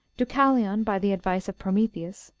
deucalion, by the advice of prometheus,